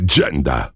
Agenda